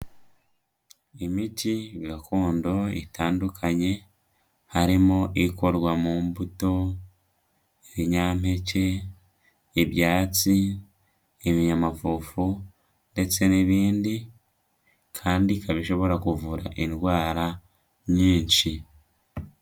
Imiti gakondo itandukanye harimo ikorwa mu mbuto, ibinyampeke, ibyatsi, ibinyamafufu ndetse n'ibindi kandi ikaba ishobora kuvura indwara nyinshi.